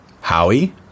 Howie